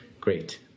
Great